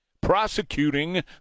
Prosecuting